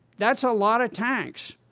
that's a lot of tanks.